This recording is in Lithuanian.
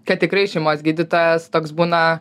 kad tikrai šeimos gydytojas toks būna